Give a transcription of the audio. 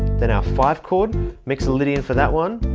then our five chord mixolydian for that one,